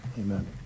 Amen